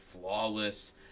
flawless